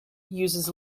uses